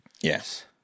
yes